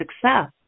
success